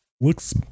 looks